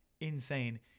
insane